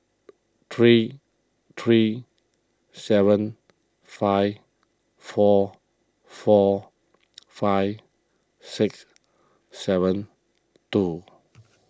three three seven five four four five six seven two